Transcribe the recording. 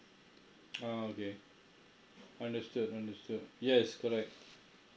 ah okay understood understood yes correct